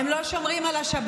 קרעי אומר: הם לא שומרים על השבת.